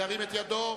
ירים את ידו.